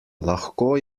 lahko